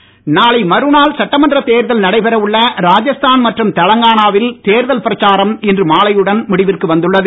தேர்தல் நாளை மறுநாள் சட்டமன்றத் தேர்தல் நடைபெற உள்ள ராஜஸ்தான் மற்றும் தெலங்கானாவில் தேர்தல் பிரச்சாரம் இன்று மாலையுடன் முடிவிற்கு வந்துள்ளது